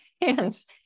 hands